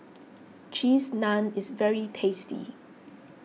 Cheese Naan is very tasty